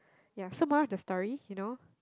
ya so moral of the story you know